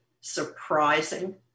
surprising